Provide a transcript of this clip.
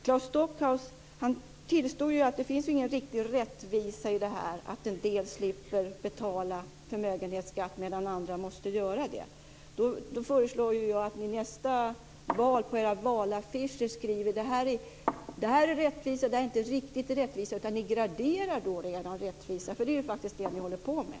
Claes Stockhaus tillstod att det inte finns någon riktig rättvisa i att en del slipper betala förmögenhetsskatt medan andra måste göra det. Jag föreslår då att ni inför nästa val på era valaffischer skriver vad som är rättvisa och vad som inte riktigt är rättvisa. Ni graderar då er rättvisa. Det är det ni håller på med.